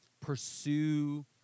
pursue